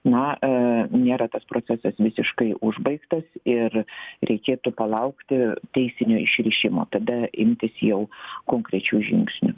na nėra tas procesas visiškai užbaigtas ir reikėtų palaukti teisinio išrišimo tada imtis jau konkrečių žingsnių